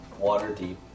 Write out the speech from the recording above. Waterdeep